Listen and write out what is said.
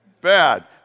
Bad